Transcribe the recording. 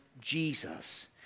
Jesus